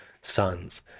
sons